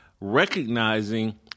recognizing